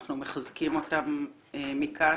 אנחנו מחזקים אותם מכאן.